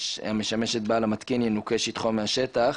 המשמש את בעל המתקין - ינוכה שטחו מהשטח.